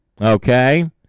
okay